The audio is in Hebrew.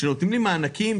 כשנותנים לי מענקים,